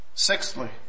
Sixthly